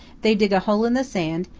they dig a hole in the sand,